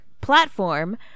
platform